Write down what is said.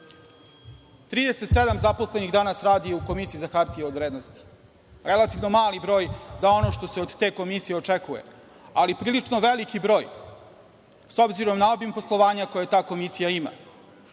37 zaposlenih u Komisiji za hartije od vrednosti, relativno mali broj za ono što se od te komisije očekuje, ali prilično veliki broj, s obzirom na obim poslovanja koji ta komisija ima.